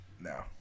No